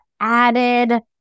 added